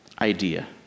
idea